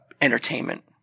entertainment